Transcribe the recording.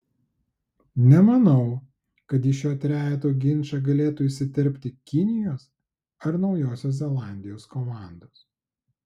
nemanau kad į šio trejeto ginčą galėtų įsiterpti kinijos ar naujosios zelandijos komandos